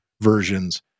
versions